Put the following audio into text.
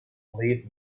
believe